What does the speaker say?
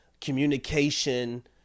communication